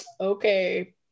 okay